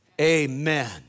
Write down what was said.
amen